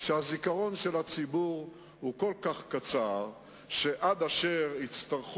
אני מוכרח לומר שאני קצת מודאג מהעובדה שאתה יושב פה